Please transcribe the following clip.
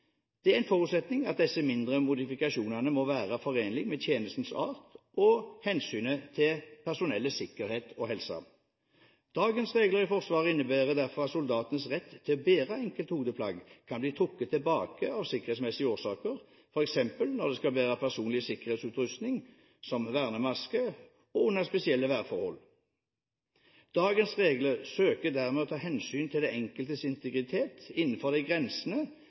Det er en forutsetning at disse mindre modifikasjonene må være forenlige med tjenestens art og hensynet til personellets sikkerhet og helse. Dagens regler i Forsvaret innebærer derfor at soldatenes rett til å bære enkelte hodeplagg kan bli trukket tilbake av sikkerhetsmessige årsaker, f.eks. når de skal bære personlig sikkerhetsutrustning som vernemaske, og under spesielle værforhold. Dagens regler søker dermed å ta hensyn til den enkeltes integritet, innenfor de